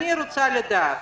אני רוצה לדעת: